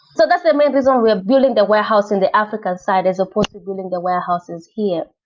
so that's the main reason we're building the warehouse in the african side as supposed to building the warehouses here,